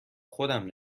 خودم